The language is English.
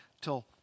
till